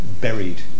buried